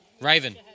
Raven